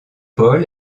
paul